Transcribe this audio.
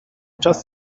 just